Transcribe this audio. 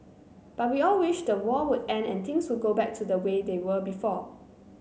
but we all wished the war would end and things would go back to the way they were before